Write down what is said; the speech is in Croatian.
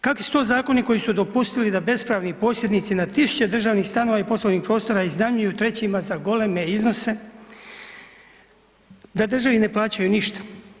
Kakvi su to zakoni koji su dopustili da bespravni posjednici na tisuće državnih stanova i poslovnih prostora iznajmljuju trećima za goleme iznose da državi ne plaćaju ništa?